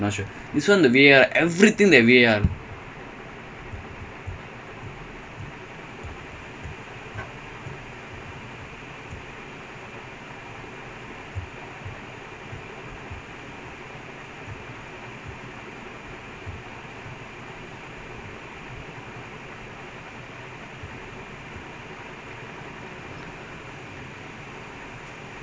no he was it's part of the ball the referee gets something wrong like it's part of like people did't scold referees when they get like small issues wrong now wiyah with off sight they give right also people angry they get wrong also people angry like wiyah is just like it's good that wiyah should not be this important அவ அவங்க வெறும்:ava avanga verum off sight குடுத்து தான் பார்க்கனும்ல இதுவே:kuduthu dhaan paarkkanumla ithuvae they don't have to see everything ah